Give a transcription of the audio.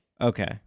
Okay